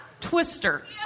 Twister